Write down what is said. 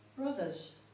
brothers